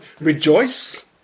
Rejoice